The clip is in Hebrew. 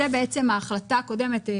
זה ההחלטה הקודמת.